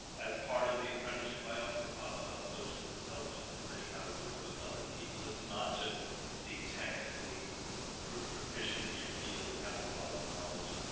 as part of the apprenticeship i also talk about social intelligence learning how to work with other people it's not just being technically profession in your field and having a lot of knowledge.